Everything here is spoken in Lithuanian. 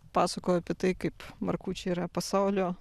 pasakoja apie tai kaip markučiai yra pasaulio